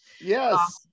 yes